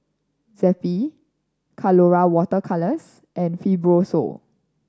Zappy Colora Water Colours and Fibrosol